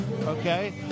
okay